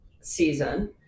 season